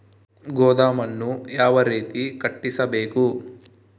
ಗೋದಾಮನ್ನು ಯಾವ ರೇತಿ ಕಟ್ಟಿಸಬೇಕು?